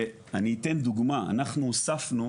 ואני אתן דוגמה אנחנו הוספנו